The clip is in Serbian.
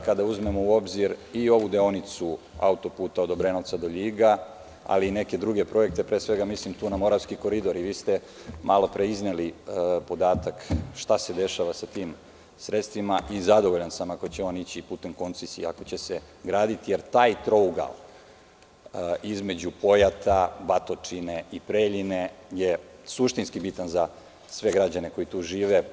Kada uzmemo u obzir i ovu deonicu autoputa od Obrenovca do Ljiga, ali i neke druge projekte, pre svega tu mislim na Moravski koridor, i vi ste malopre izneli podatak šta se dešava sa tim sredstvima, i zadovoljan sam ako će oni putem koncesija, ako će se graditi, jer taj trougao između Pojata, Batočine i Preljine je suštinski bitan sve građane koji tu žive.